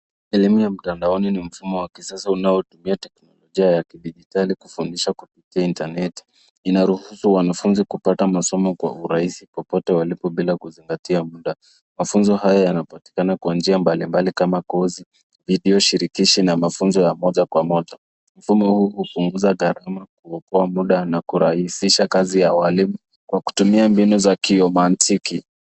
Elimu ya mtandaoni ni mfumo wa kisasa unaotumia teknolojia kufundisha kupitia interneti inaruhusiwa wanafunzi kupata masomo kwa urahisi popote walipo bila kuzingatia muda, mafunzo haya yanapatikana kwa njia mbalimbali kama kozi iliyoshirikishi na mafunzo ya moja kwa moja mfumo huu kupunguza gharama kubwa muda na kurahisisha kazi ya walimu kwa kutumia mbinu za kiomantiki.